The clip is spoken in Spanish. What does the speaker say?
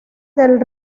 del